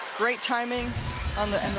great timing and the